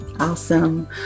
Awesome